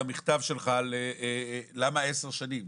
במכתב שלך, למה עשר שנים.